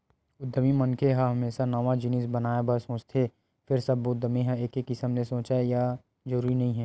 उद्यमी मनखे ह हमेसा नवा जिनिस बनाए बर सोचथे फेर सब्बो उद्यमी ह एके किसम ले सोचय ए जरूरी नइ हे